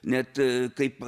net kaip